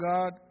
God